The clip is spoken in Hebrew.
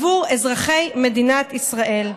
עבור אזרחי מדינת ישראל.